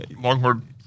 Longhorn